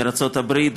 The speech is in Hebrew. מארצות-הברית,